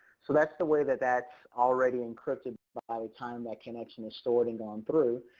so that's the way that that's already encrypted by the time that connects in the sorting on through.